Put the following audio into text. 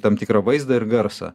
tam tikrą vaizdą ir garsą